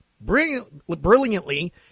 brilliantly